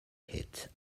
hit